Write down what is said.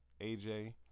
AJ